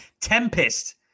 Tempest